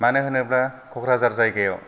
मानो होनोब्ला क'क्राझार जायगायाव